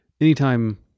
anytime